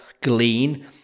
glean